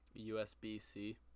USB-C